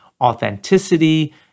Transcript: authenticity